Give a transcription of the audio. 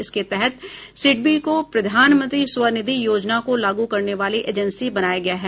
इसके तहत सिडबी को प्रधानमंत्री स्वनिधि योजना को लागू करने वाली एजेंसी बनाया गया है